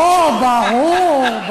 הו, ברור.